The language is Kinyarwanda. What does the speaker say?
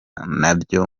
nabyo